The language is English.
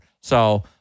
So-